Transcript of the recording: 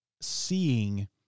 seeing